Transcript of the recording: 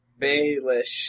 Baelish